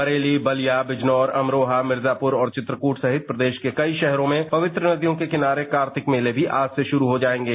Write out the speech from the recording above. बरेली बलिया बिजनौर अमरोहा मिर्जापूर और चित्रकूट सहित प्रदेश के कई शहरों में पवित्र नदियों के किनारे कार्तिक मेले भी आज से शुरू हो जायेंगे